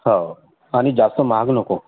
हो आणि जास्त महाग नको